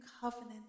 covenant